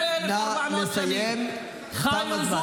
1,400 שנים -- חבר הכנסת עבאס,